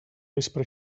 vespre